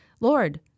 Lord